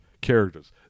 characters